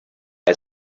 and